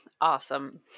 Awesome